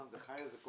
בחייך.